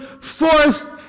forth